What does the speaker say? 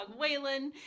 Waylon